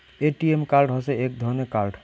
ATM card হসে এক ধরণের কার্ড